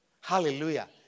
Hallelujah